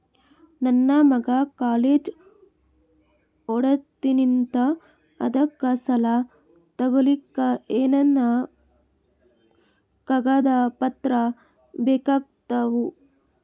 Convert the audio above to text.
ನನ್ನ ಮಗ ಕಾಲೇಜ್ ಓದತಿನಿಂತಾನ್ರಿ ಅದಕ ಸಾಲಾ ತೊಗೊಲಿಕ ಎನೆನ ಕಾಗದ ಪತ್ರ ಬೇಕಾಗ್ತಾವು?